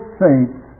saints